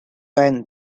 end